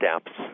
steps